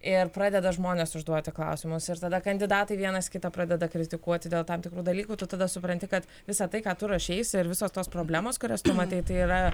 ir pradeda žmonės užduoti klausimus ir tada kandidatai vienas kitą pradeda kritikuoti dėl tam tikrų dalykų tu tada supranti kad visa tai ką tu ruošeisi ir visos tos problemos kurias tu matei tai yra